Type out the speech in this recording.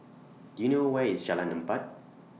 Do YOU know Where IS Jalan Empat